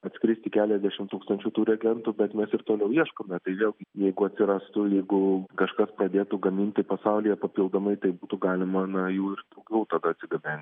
atskristi keliasdešimt tūkstančių tų reagentų bet mes ir toliau ieškome tai vėlgi jeigu atsirastų jeigu kažkas pradėtų gaminti pasaulyje papildomai tai būtų galima na jų ir daugiau tada atsigabenti